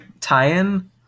tie-in